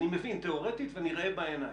אני מבין תיאורטית ואני אראה בעיניים.